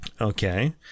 Okay